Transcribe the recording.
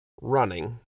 running